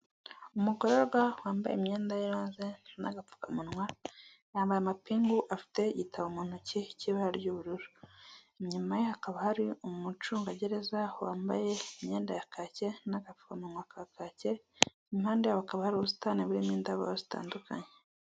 Umugororwa wambaye imyenda y'iroze n'agapfukamunwa, yambaye amapingu, afite igitabo mu ntoki cy'ibara ry'ubururu. Inyuma ye hakaba hari umucungagereza wambaye imyenda ya kacye, n'agafukamunwa ka kacye, imi impande yabo hakaba hari ubusitani burimo indabo zitandukanye.